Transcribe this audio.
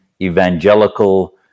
evangelical